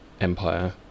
Empire